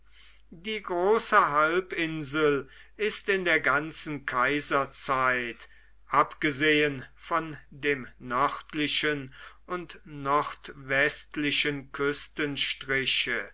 die große halbinsel ist in der ganzen kaiserzeit abgesehen von dem nördlichen und nordwestlichen